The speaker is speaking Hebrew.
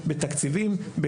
חברתית,